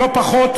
מתועב,